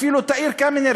אפילו תאיר קמינר,